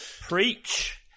Preach